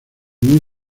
muy